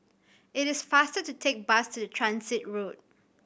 it is faster to take bus to the Transit Road